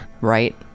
Right